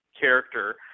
character